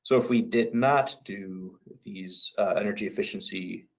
so if we did not do these energy efficiency